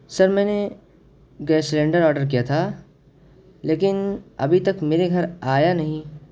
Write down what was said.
سر میں نے gas cylinder order کیا تھا لیکن ابھی تک میرے گھر آیا نہیں